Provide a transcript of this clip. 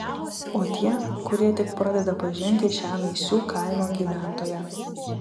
o tie kurie tik pradeda pažinti šią naisių kaimo gyventoją